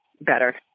better